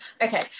Okay